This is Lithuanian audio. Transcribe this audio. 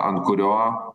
ant kurio